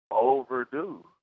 overdue